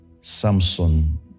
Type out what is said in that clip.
Samson